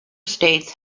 states